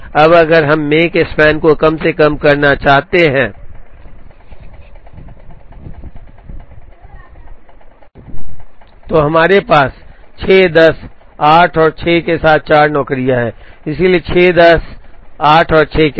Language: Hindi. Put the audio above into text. अब अगर हम Makespan को कम से कम करना चाहते हैं तो हमारे पास 6 10 8 और 6 के साथ 4 नौकरियां हैं इसलिए 6 10 8 और 6 के साथ